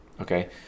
Okay